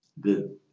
good